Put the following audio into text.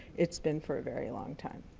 it's been for a very long time.